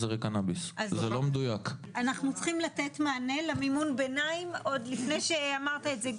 אנחנו צריכים לתת מענה למימון ביניים עוד לפני שאמרת את זה,